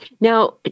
Now